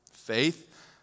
Faith